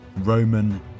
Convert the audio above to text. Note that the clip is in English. Roman